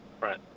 right